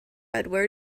edward